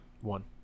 One